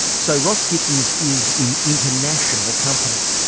so ross gittins is in international company.